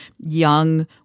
young